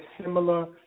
similar